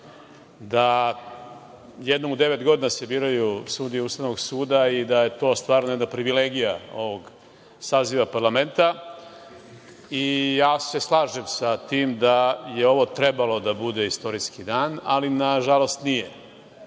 se jednom u devet godina biraju sudije Ustavnog suda i da je to stvarno jedna privilegija ovog saziva parlamenta. Ja se slažem sa tim da je ovo trebalo da bude istorijski dan, ali nažalost nije.